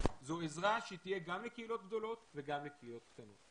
זו עזרה שתהיה גם לקהילות גדולות וגם לקהילות קטנות.